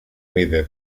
mide